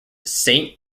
saint